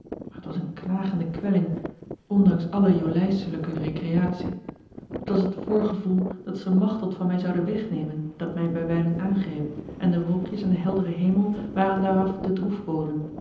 maar het was eene knagende kwelling ondanks alle jolijselijke recreatie het was het voorgevoel dat ze machteld van mij zouden wegnemen dat mij bijwijlen aangreep en de wolkjes aan den helderen hemel waren daaraf de